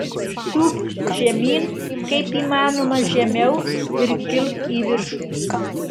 tūpk žemyn kaip įmanoma žemiau ir kilk į viršų